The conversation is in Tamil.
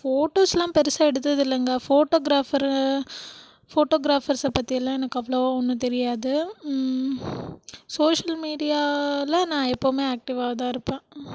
ஃபோட்டோஸ்லாம் பெரிசா எடுத்ததில்லைங்க ஃபோட்டோகிராஃபரு ஃபோட்டோகிராஃபர்ஸ் பற்றிலாம் எனக்கு அவ்வளோவா ஒன்றும் தெரியாது சோஷியல்மீடியாவில் நான் எப்போதுமே ஆக்ட்டிவ்வாக தான் இருப்பேன்